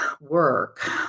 work